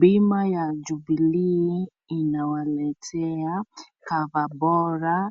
Bima ya jubilee inawaletea Cover bora